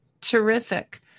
Terrific